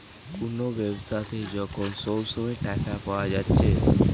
কুনো ব্যাবসাতে যখন সব সময় টাকা পায়া যাচ্ছে